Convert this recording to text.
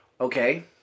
okay